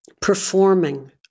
performing